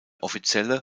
offizielle